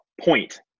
point